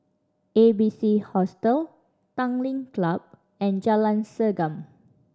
A B C Hostel Tanglin Club and Jalan Segam